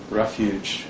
refuge